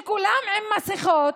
כשכולם עם מסכות,